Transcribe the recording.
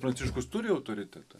pranciškus turi autoritetą